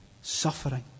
suffering